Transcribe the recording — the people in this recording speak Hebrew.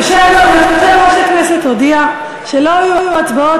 יושב-ראש הכנסת הודיע שלא יהיו הצבעות